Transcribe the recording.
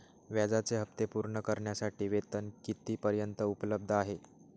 व्याजाचे हप्ते पूर्ण करण्यासाठी वेतन किती पर्यंत उपलब्ध आहे?